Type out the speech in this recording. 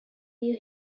you